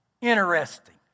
Interesting